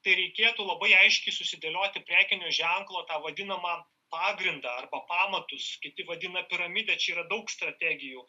tai reikėtų labai aiškiai susidėlioti prekinio ženklo tą vadinamą pagrindą arba pamatus kiti vadina piramide čia yra daug strategijų